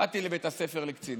באתי לבית הספר לקצינים.